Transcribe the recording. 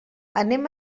anem